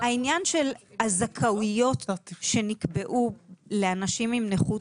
העניין של הזכאויות שנקבעו לאנשים עם נכות